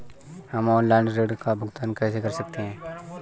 हम ऑनलाइन ऋण का भुगतान कैसे कर सकते हैं?